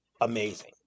amazing